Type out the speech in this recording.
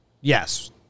Yes